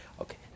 Okay